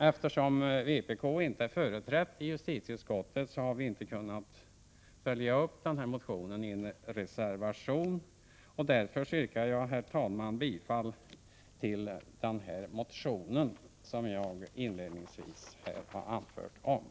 Eftersom vpk inte är företrätt i justitieutskottet har vi inte kunnat följa upp den här motionen i en reservation. Därför yrkar jag, herr talman, bifall till motionen, som har nummer 1983/84:2178.